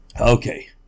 Okay